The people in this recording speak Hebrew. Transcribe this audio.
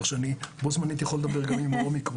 כך שבו-זמנית אני יכול לדבר גם עם האומיקרון.